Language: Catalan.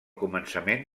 començament